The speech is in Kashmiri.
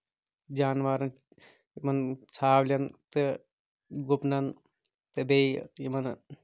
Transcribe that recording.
جانورن یِمن ژھاوٕلٮ۪ن تہٕ گُپنن تہٕ بیٚیہِ یِمن